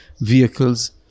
vehicles